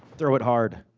throw it hard.